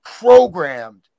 programmed